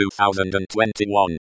2021